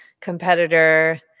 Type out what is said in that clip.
competitor